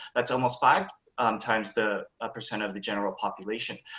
that's almost five um times the ah percent of the general population,